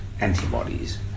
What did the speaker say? antibodies